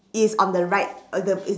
is on the right uh the